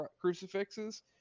crucifixes